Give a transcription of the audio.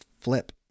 flip